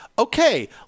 okay